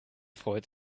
freut